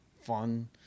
fun